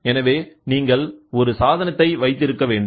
எனவே நீங்கள் ஒரு சாதனத்தை வைத்திருக்க வேண்டும்